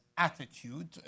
attitude